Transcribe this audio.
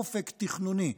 אופק תכנוני.